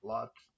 Lots